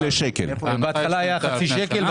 בהתחלה היה חצי שקל,